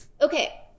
Okay